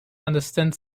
understand